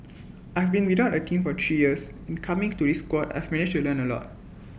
I've been without A team for three years and coming to this squad I've managed to learn A lot